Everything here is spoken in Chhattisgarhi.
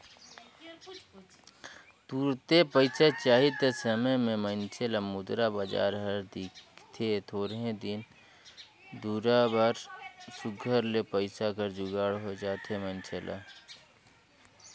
तुरते पइसा चाही ते समे में मइनसे ल मुद्रा बजार हर दिखथे थोरहें दिन दुरा बर सुग्घर ले पइसा कर जुगाड़ होए जाथे मइनसे ल